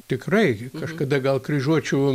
tikrai kažkada gal kryžiuočių